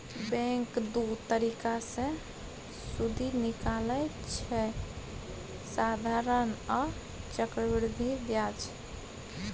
bank दु तरीका सँ सुदि निकालय छै साधारण आ चक्रबृद्धि ब्याज